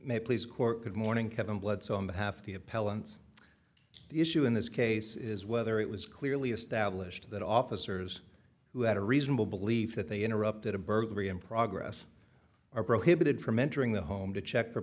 may please court good morning kevin bledsoe on behalf of the appellant's the issue in this case is whether it was clearly established that officers who had a reasonable belief that they interrupted a burglary in progress are prohibited from entering the home to check for